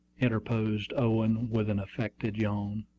interposed owen, with an affected yawn.